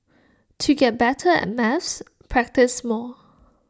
to get better at maths practise more